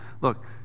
Look